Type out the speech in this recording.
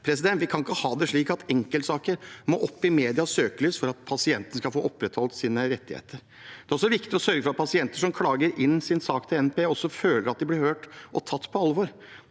NPE. Vi kan ikke ha det slik at enkeltsaker må opp i medias søkelys for at pasientene skal få opprettholdt sine rettigheter. Det er også viktig å sørge for at pasienter som klager inn sin sak til NPE, føler at de blir hørt og tatt på alvor.